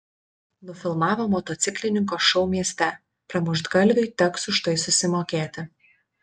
nufilmavo motociklininko šou mieste pramuštgalviui teks už tai susimokėti